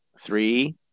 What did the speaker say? three